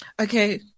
Okay